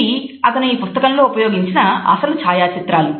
ఇవి అతను ఈ పుస్తకంలో ఉపయోగించిన అసలు ఛాయాచిత్రాలు